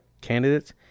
candidates